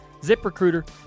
ZipRecruiter